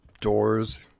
doors